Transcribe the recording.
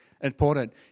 Important